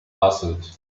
puzzled